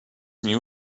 new